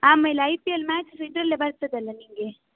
ಆಮೇಲೆ I P L match ಸಹ ಇದರಲ್ಲೆ ಬರ್ತದಲ್ಲ ನಿನಗೆ